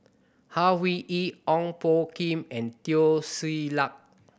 Au Hing Yee Ong Poh Kim and Teo Ser Luck